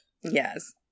Yes